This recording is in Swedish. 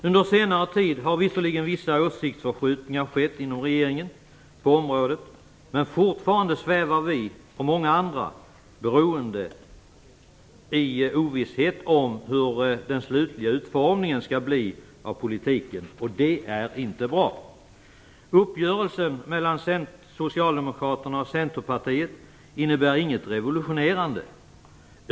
Under senare tid har visserligen vissa åsiktsförskjutningar skett inom regeringen på området, men fortfarande svävar vi och många andra i ovisshet om hur den slutliga utformningen av politiken skall bli, och det är inte bra. Centerpartiet innebär inget revolutionerande.